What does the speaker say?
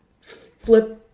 flip